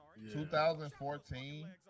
2014